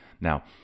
Now